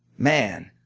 man,